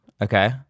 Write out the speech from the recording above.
okay